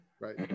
Right